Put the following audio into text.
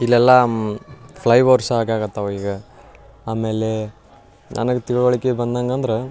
ಇಲ್ಲೆಲ್ಲ ಫ್ಲೈವೊರ್ಸ್ ಆಗಕತ್ತವೆ ಈಗ ಆಮೇಲೆ ನನಗೆ ತಿಳಿವಳ್ಕೆ ಬಂದಂಗೆ ಅಂದ್ರೆ